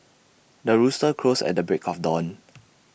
the rooster crows at the break of dawn